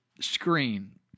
screen